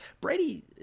Brady